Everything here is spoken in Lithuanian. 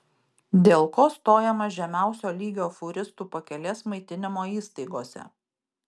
dėl ko stojama žemiausio lygio fūristų pakelės maitinimo įstaigose